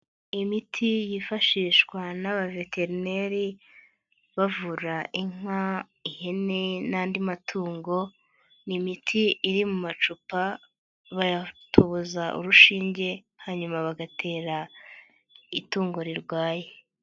Imiti yifashishwa n'abaveterineri bavura inka, ihene n'andi matungo, ni imiti iri mu macupa bayatoboza urushinge hanyuma bagatera itungo rirwaye.